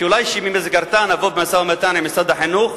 ואולי במסגרתה נבוא במשא-ומתן עם משרד החינוך.